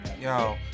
Yo